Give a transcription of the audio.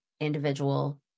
individual